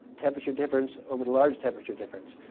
temperature difference over the larger temperature difference.